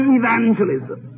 evangelism